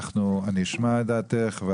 אנחנו נשמע את דעתך,